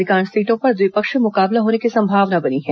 अधिकांश सीटों पर द्विपक्षीय मुकाबला होने की संभावना बनी है